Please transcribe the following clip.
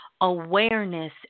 awareness